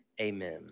amen